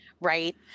right